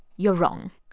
you're wrong.